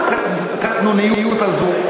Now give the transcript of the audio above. מה הקטנוניות הזו?